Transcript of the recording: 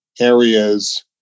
areas